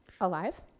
alive